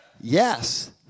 Yes